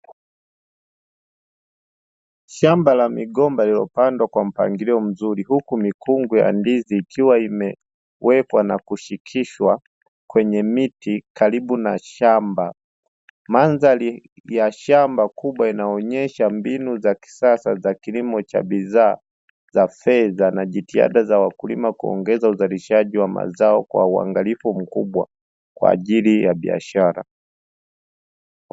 Shamba la migomba lililopandwa kwa mpangilio mzuri huku mikungu ya ndizi ikiwa imewekwa na kushikishwa kwenye miti karibu na shamba, mandhari ya shamba kubwa inaonyesha mbinu za kisasa za kilimo cha bidhaa za fedha na jitihada za wakulima kuongeza uzalishaji wa mazao kwa uangalifu mkubwa kwa ajili ya biashara.